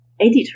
editor